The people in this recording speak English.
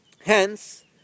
Hence